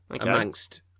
amongst